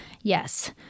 Yes